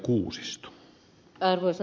arvoisa puhemies